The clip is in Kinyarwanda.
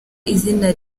izina